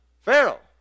Pharaoh